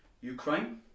Ukraine